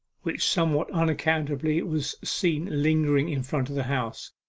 which somewhat unaccountably was seen lingering in front of the house,